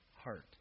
heart